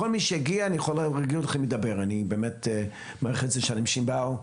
כל מי שהגיע ידבר, אני מעריך את זה שאנשים הגיעו.